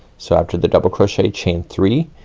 so after the double crochet, chain three,